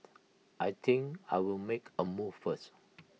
I think I'll make A move first